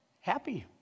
happy